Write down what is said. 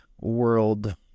world